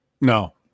No